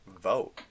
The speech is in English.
vote